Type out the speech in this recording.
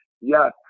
Yes